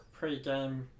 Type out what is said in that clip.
pregame